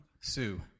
Sue